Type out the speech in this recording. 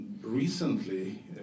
recently